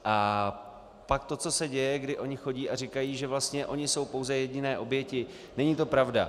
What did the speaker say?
A pak to, co se děje, kdy oni chodí a říkají, že vlastně oni jsou pouze jediné oběti není to pravda.